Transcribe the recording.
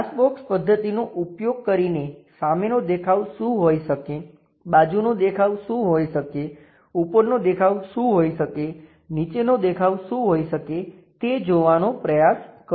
glass box પદ્ધતિનો ઉપયોગ કરીને સામેનો દેખાવ શું હોઈ શકે બાજુનો દેખાવ શું હોઈ શકે ઉપરનો દેખાવ શું હોઈ શકે નીચેનો દેખાવ શું હોઈ શકે તે જોવાનો પ્રયાસ કરો